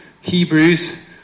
Hebrews